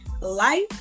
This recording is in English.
Life